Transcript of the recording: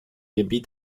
gebiet